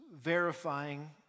verifying